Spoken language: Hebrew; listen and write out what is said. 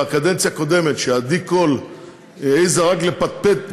שבקדנציה הקודמת, כשעדי קול העזה רק לפטפט מילה,